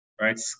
right